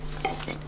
הנושאים